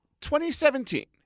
2017